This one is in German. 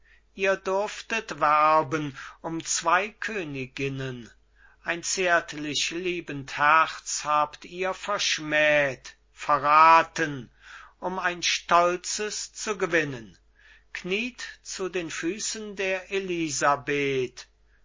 ihr durftet werben um zwei königinnen ein zärtlich liebend herz habt ihr verschmäht verraten um ein stolzes zu gewinnen kniet zu den füßen der elisabeth